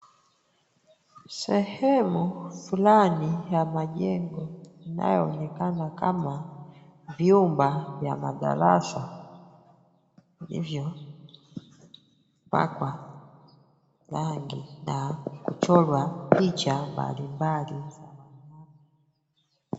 Sehemu fulani ya majengo inayoonekana kama, vyumba ya madarasa hivyo. Imepakwa rangi na kuchorwa picha mbali mbali.